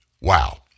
Wow